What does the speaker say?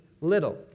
little